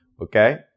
Okay